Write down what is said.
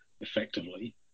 effectively